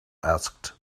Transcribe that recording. asked